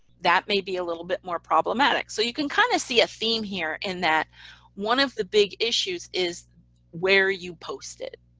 that may be a little bit more problematic. so you can kind of see a theme here in that one of the big issues is where you post it.